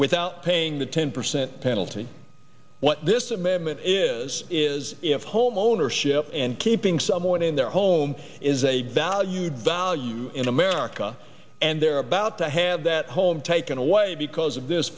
without paying the ten percent penalty what this amendment is is if home ownership and keeping someone in their home is a valued value in america and they're about to have that home taken away because of this